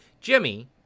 jimmy